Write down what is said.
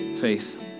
faith